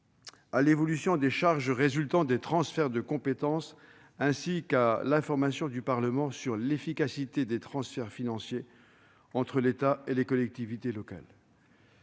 à l'évolution des charges résultant des transferts de compétences ainsi qu'à l'information du Parlement sur l'efficacité des transferts financiers entre l'État et les collectivités territoriales.